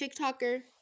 TikToker